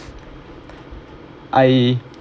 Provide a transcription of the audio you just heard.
I